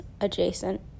adjacent